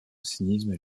cynisme